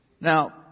Now